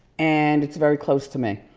and it's very close to me.